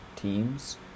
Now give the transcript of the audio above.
Teams